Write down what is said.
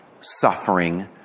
suffering